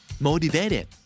Motivated